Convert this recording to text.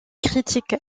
critiques